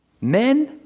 Men